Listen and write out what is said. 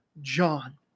John